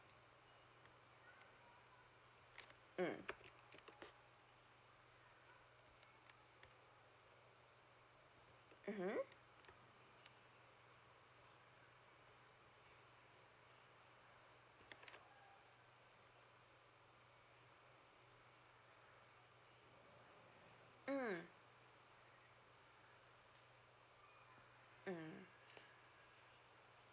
mm mmhmm mm mm